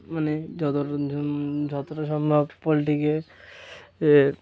মানে যত যতটা সম্ভব পোলট্রিকে এ